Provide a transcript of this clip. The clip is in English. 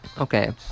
Okay